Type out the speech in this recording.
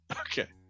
Okay